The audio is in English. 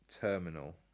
terminal